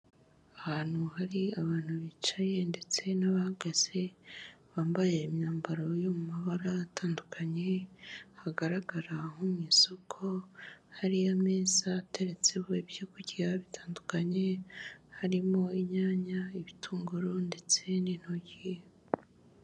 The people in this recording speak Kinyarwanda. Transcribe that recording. Ahantu hari abantu bicaye ndetse n'abahagaze, bambaye imyambaro yo mu mabara atandukanye, hagaragara nko mu isoko hari ameza ateretseho ibyo kurya bitandukanye, harimo inyanya, ibitunguru ndetse n'intoryi.